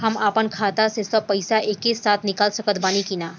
हम आपन खाता से सब पैसा एके साथे निकाल सकत बानी की ना?